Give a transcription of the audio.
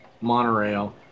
monorail